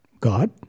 God